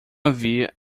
havia